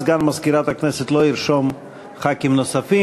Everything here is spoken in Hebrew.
אז סגן מזכירת הכנסת לא ירשום חברי כנסת נוספים.